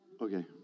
Okay